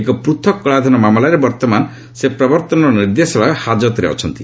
ଏକ ପୂଥକ କଳାଧନ ମାମଲାରେ ବର୍ତ୍ତମାନ ସେ ପ୍ରବର୍ତ୍ତନ ନିର୍ଦ୍ଦେଶାଳୟ ହାକତରେ ଅଛନ୍ତି